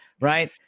right